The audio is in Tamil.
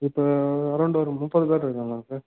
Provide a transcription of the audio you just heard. இப்போது அரௌண்டு ஒரு முப்பது பேர் இருக்காங்க சார்